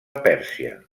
pèrsia